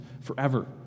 forever